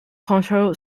control